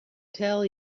tell